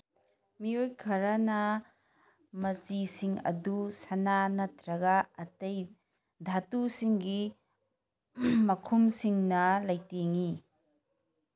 ꯃꯤꯑꯣꯏ ꯈꯔꯅ ꯃꯆꯤꯁꯤꯡ ꯑꯗꯨ ꯁꯅꯥ ꯅꯠꯇ꯭ꯔꯒ ꯑꯇꯩ ꯙꯥꯇꯨꯁꯤꯡꯒꯤ ꯃꯈꯨꯝꯁꯤꯡꯅ ꯂꯩꯇꯦꯡꯉꯤ